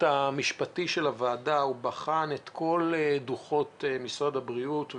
המשפטי של הוועדה בחן את כל דוחות משרד הבריאות.